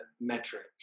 metrics